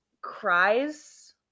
cries